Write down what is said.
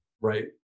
right